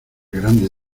grande